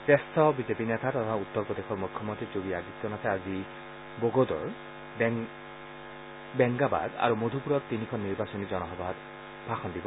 জ্যেষ্ঠ বিজেপি নেতা তথা উত্তৰ প্ৰদেশৰ মুখ্য মন্নী যোগী আদিত্য নাথে আজি বগোডৰ বেংগাবাদ আৰু মধুপুৰত তিনিখন নিৰ্বাচনী জনসভাত ভাষণ দিব